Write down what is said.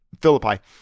philippi